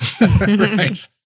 Right